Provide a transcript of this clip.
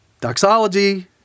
doxology